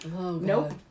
Nope